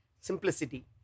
Simplicity